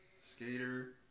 skater